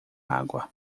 água